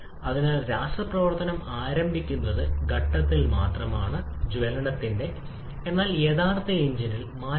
അതിനാൽ ഇതാണ് ഇതിനായുള്ള സൈക്കിളിന്റെ ആവിഷ്കാരത്തിൽ കാര്യമായ മാറ്റം വരുത്തി